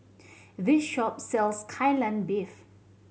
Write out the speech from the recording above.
this shop sells Kai Lan Beef